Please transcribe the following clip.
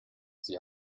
sie